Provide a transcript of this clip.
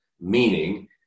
meaning